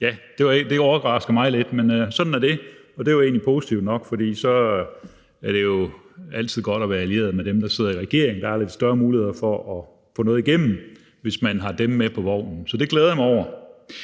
Det overrasker mig lidt, men sådan er det, og det er jo egentlig positivt nok, for det er altid godt at være allieret med dem, der sidder i regering. Der er lidt større muligheder for at få noget igennem, hvis man har dem med på vognen. Så det glæder jeg mig over.